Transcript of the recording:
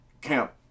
Camp